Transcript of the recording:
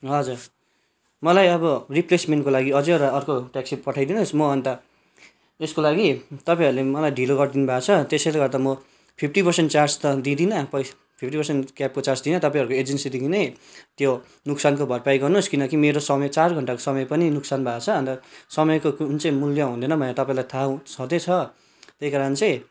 हजुर मलाई अब रिप्लेसमेन्टको लागि अझ एउटा अर्को ट्याक्सी पठाइदिनु होस् म अन्त यसको लागि तपाईँहरूले मलाई ढिलो गरिदिनु भएको छ त्यसैले गर्दा म फिफ्टी पर्सेन्ट चार्ज त दिँदिनँ पैस् फिफ्टी पर्सेन्ट क्याबको चार्ज दिन्नँ तपाईँहरूको एजेन्सीदेखि नै त्यो नोकसानको भरपाइ गर्नु होस् किनकि मेरो समय चार घण्टाको समय पनि नोकसान भएको छ अन्त समयको कुन चाहिँ मूल्य हुँदैन भन्ने थाहा छँदैछ त्यही कारण चाहिँ